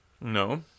No